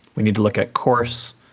we need to look at course,